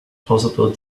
possible